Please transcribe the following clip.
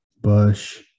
Bush